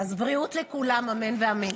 בריאות לכולם, אמן ואמן.